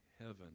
heaven